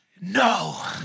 no